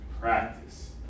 practice